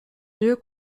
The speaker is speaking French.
dieu